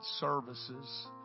services